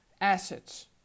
assets